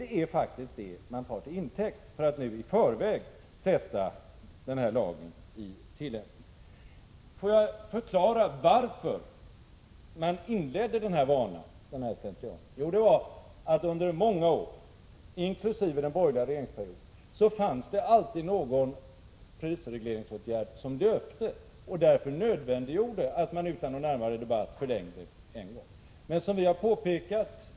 Det är faktiskt det man tar till intäkt för att i förväg sätta lagen i tillämpning. Låt mig förklara varför man inledde denna vana. Under många år, även under den borgerliga regeringsperioden, fanns det alltid någon prisregleringsåtgärd som löpte och som nödvändiggjorde att man utan närmare debatt förlängde tillämpningen av lagen.